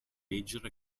leggere